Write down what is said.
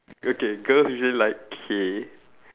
okay girls usually like K